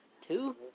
Two